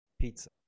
pizza